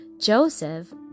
Joseph